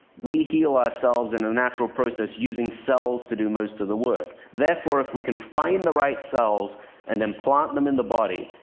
we heal ourselves in a natural process, using cells to do most of the work. therefore, if we can find the right cells and implant them in the body,